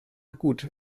gut